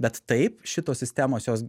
bet taip šitos sistemos jos